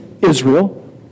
Israel